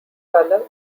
colour